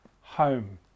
home